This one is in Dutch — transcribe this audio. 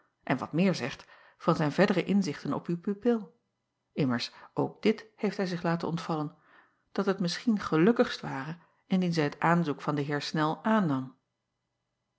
en wat meer zegt van zijn verdere inzichten op uw pupil mmers ook dit heeft hij zich laten ontvallen dat het misschien gelukkigst ware indien zij het aanzoek van den eer nel aannam